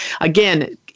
Again